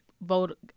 vote